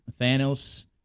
Thanos